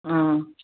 ஆ